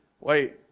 wait